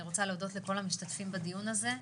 אני רוצה להודות לכל המשתתפים בדיון הזה,